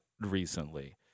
recently